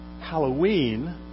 Halloween